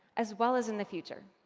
as well as in the future.